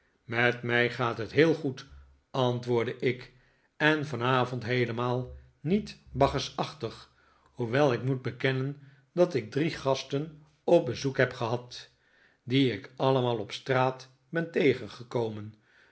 met mij gaat het heel goed antwoordde ik en vanavond heelemaal niet bacchusachtig hoewel ik moet bekennen dat ik drie gasten op bezoek heb gehad die ik allemaal op straat ben tegengekomen